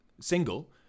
single